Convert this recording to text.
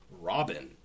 Robin